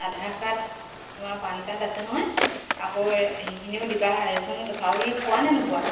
আধাৰ card তোমাৰ PAN card আছে নহয় আকৌ সেইখিনিও দিবা ৰেচন চাউল পোৱা নে নোপোৱা